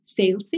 salesy